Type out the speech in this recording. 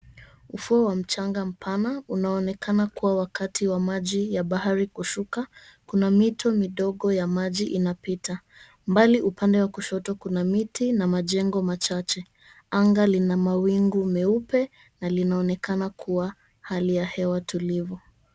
Ufuo wa mchanga mpana unaonekana kuwa wakati wa maji ya bahari kushuka. Kuna mito midogo ya maji inapita. Mbali upande wa kushoto kuna miti na majengo machache. Anga lina mawingu meupe na linaonekana kuwa hali ya hewa tulivu.